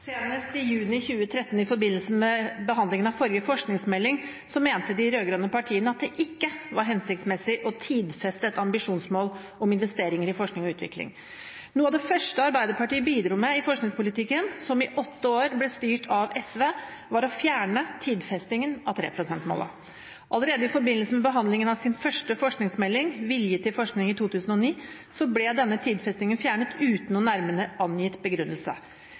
Senest i juni 2013 i forbindelse med behandlingen av forrige forskningsmelding mente de rød-grønne partiene at det ikke var hensiktsmessig å tidfeste et ambisjonsmål om investeringer i forskning og utvikling. Noe av det første Arbeiderpartiet bidro med i forskningspolitikken, som i åtte år ble styrt av SV, var å fjerne tidfestingen av 3 pst.-målet. Allerede i forbindelse med behandlingen av sin første forskningsmelding, Vilje til forskning, i 2009 ble denne tidfestingen fjernet uten noen nærmere angitt begrunnelse.